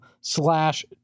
slash